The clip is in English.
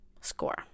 score